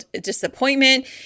disappointment